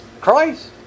Christ